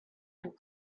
had